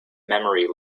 memory